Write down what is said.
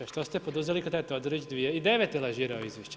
Što ste poduzeli kada je Todorić 2009. lažirao izvješća?